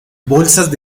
bolsas